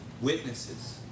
witnesses